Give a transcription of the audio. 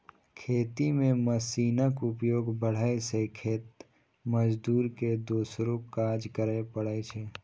खेती मे मशीनक उपयोग बढ़ै सं खेत मजदूर के दोसरो काज करै पड़ै छै